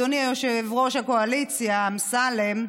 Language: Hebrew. אדוני יושב-ראש הקואליציה אמסלם,